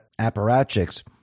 apparatchiks